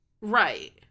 Right